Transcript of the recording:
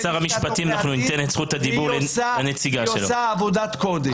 והיא עושה עבודת קודש.